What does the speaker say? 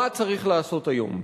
מה צריך לעשות היום?